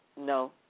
no